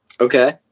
okay